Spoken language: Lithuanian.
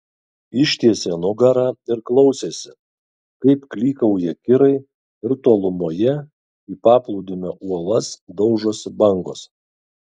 ištiesė nugarą ir klausėsi kaip klykauja kirai ir tolumoje į paplūdimio uolas daužosi bangos